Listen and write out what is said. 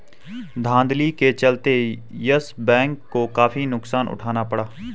धांधली के चलते यस बैंक को काफी नुकसान उठाना पड़ा